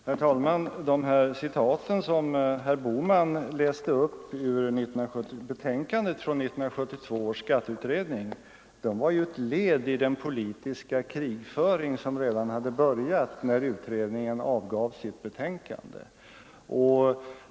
Herr talman! De citat som herr Bohman läste upp ur betänkandet från 1972 års skatteutredning var ett led i den politiska krigföring som redan hade börjat när utredningen avgav sitt betänkande.